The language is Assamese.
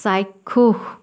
চাক্ষুষ